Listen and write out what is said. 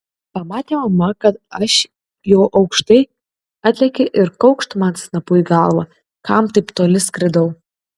pamatė mama kad aš jau aukštai atlėkė ir kaukšt man snapu į galvą kam taip toli skridau